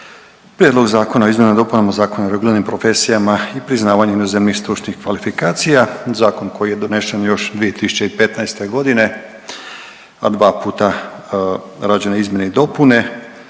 Prijedlog Zakona o izmjenama i dopunama Zakona o reguliranim profesijama i priznavanju inozemnih stručnih kvalifikacija. Zakon koji je donesen još 2015. godine, a dva puta rađene izmjene i dopune